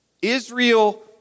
Israel